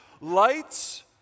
lights